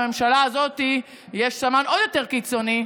לממשלה הזאת יש סמן עוד יותר קיצוני,